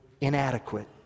inadequate